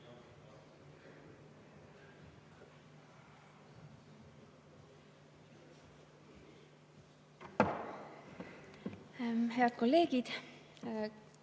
Head kolleegid!